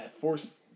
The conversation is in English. force